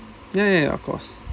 ya ya ya of course